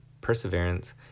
perseverance